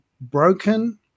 broken